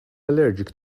allergic